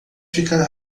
ficar